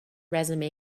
resume